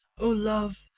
o love,